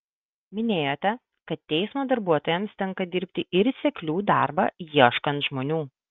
minėjote kad teismo darbuotojams tenka dirbti ir seklių darbą ieškant žmonių